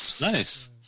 Nice